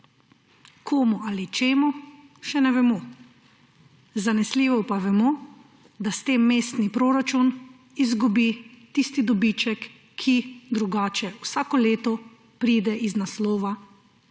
Komu ali čemu? Še ne vemo. Zanesljivo pa vemo, da s tem mestni proračun izgubi tisti dobiček, ki drugače vsako leto pride iz tega naslova